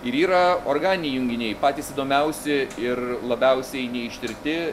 ir yra organiniai junginiai patys įdomiausi ir labiausiai neištirti